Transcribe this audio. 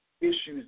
issues